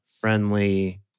friendly